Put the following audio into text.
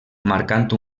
marcant